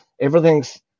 everything's